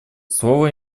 слово